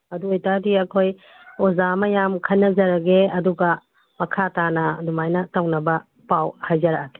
ꯑꯗꯨ ꯑꯣꯏꯕ ꯇꯔꯗꯤ ꯑꯩꯈꯣꯏ ꯑꯣꯖꯥ ꯃꯌꯥꯝ ꯈꯟꯅꯖꯔꯒꯦ ꯑꯗꯨꯒ ꯃꯈꯥ ꯇꯥꯅ ꯑꯗꯨꯃꯥꯏꯅ ꯇꯧꯅꯕ ꯄꯥꯎ ꯍꯥꯏꯖꯔꯛꯑꯒꯦ